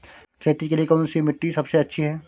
खेती के लिए कौन सी मिट्टी सबसे अच्छी है?